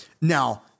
now